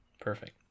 Perfect